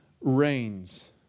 reigns